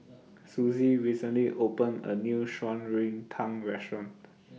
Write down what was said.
Susie recently opened A New Shan Rui Tang Restaurant